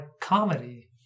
comedy